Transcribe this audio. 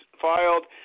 filed